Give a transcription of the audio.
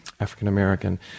african-american